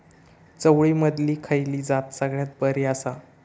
चवळीमधली खयली जात सगळ्यात बरी आसा?